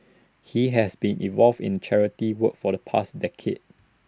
he has been involved in charity work for the past decade